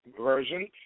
version